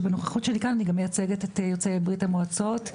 שבנוכחות שלי כאן אני מייצגת גם את יוצאי ברית המועצות לשעבר,